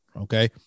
Okay